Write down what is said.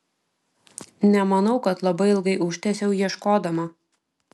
nemanau kad labai ilgai užtęsiau ieškodama